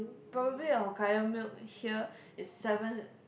probably a hokkaido milk here is seven